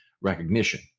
recognition